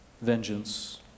vengeance